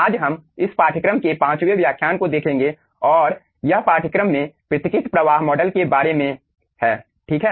आज हम इस पाठ्यक्रम के पांचवें व्याख्यान को देखेंगे और यह पाठ्यक्रम में पृथक्कृत प्रवाह मॉडल के बारे में है ठीक है